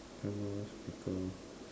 camera speaker